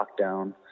lockdown